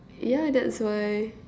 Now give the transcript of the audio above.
ya that's why